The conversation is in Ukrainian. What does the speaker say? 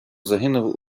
загинув